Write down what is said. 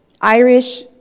Irish